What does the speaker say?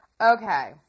Okay